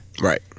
Right